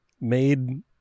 made